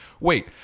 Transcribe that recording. wait